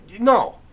no